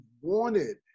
wanted